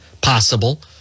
Possible